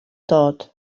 dod